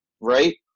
Right